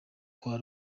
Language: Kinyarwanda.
kwa